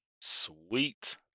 Sweet